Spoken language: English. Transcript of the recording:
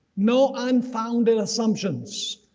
no unfounded assumptions,